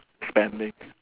spending